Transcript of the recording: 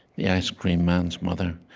the ice-cream man's mother,